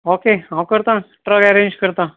okay हांव करतां truck arrange करता